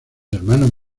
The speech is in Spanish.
hermanos